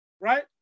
right